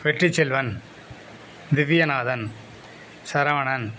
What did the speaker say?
Vetrichelvan Divyanathan Saravanan